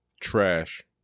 trash